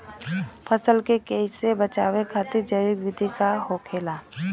फसल के कियेसे बचाव खातिन जैविक विधि का होखेला?